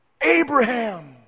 Abraham